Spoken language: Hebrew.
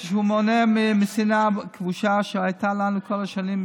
כשהוא מונע משנאה כבושה שהייתה כלפינו כל השנים,